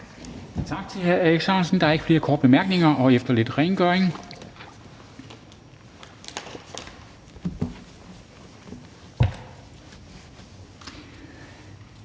Tak til hr. Alex Ahrendtsen. Der er ikke flere korte bemærkninger. Efter lidt rengøring